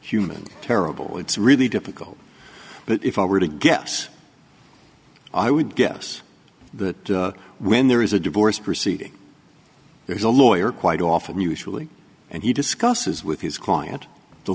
human terrible it's really difficult but if i were to guess i would guess the when there is a divorce proceeding there's a lawyer quite often usually and he discusses with his client the